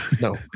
No